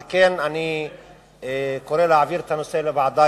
על כן אני קורא להעביר את הנושא לוועדה.